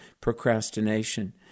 procrastination